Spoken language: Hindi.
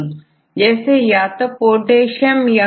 सिलेक्टिव आयन अर्थात यह केवल कुछ आयनजैसे पोटेशियम को सेलेक्ट करेगा